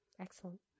Excellent